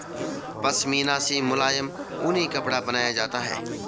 पशमीना से मुलायम ऊनी कपड़ा बनाया जाता है